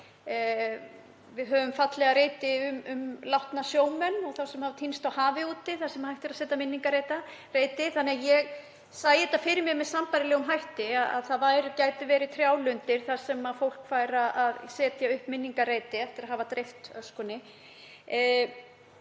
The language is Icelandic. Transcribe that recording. Við höfum fallega reiti um látna sjómenn og þá sem hafa týnst á hafi úti, hægt er að setja minningarreiti um þá. Ég sæi þetta fyrir mér að með sambærilegum hætti gætu verið trjálundir þar sem fólk fengi að setja upp minningarreiti eftir að hafa dreift öskunni.